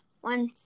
one